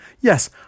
Yes